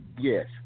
yes